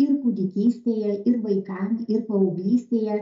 ir kūdikystėje ir vaikam ir paauglystėje